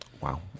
Wow